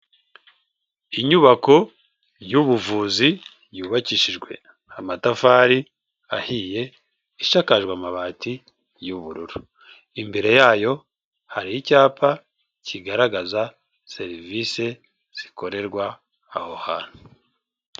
Inyubako y'ubuvuzi yubakishijwe amatafari ahiye, isakajwe amabati y'ubururu. Imbere yayo, hari icyapa kigaragaza serivisi zikorerwa aho hantu.